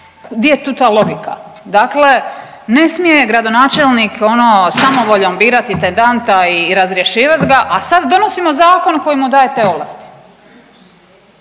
Di je tu ta logika? Dakle, ne smije gradonačelnik ono samovoljom birati intendanta i razrješivat ga, a sad donosimo zakon koji mu daje te ovlasti.